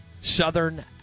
Southern